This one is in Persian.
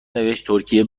نوشتترکیه